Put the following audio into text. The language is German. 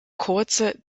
kurze